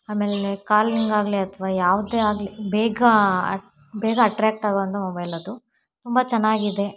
ಆಮೇಲೆ ಕಾಲಿಂಗ್ ಆಗಲಿ ಅಥವಾ ಯಾವುದೇ ಆಗಲಿ ಬೇಗ ಅ ಬೇಗ ಅಟ್ರ್ಯಾಕ್ಟ್ ಆಗುವಂಥ ಮೊಬೈಲ್ ಅದು ತುಂಬ ಚೆನ್ನಾಗಿದೆ